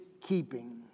keeping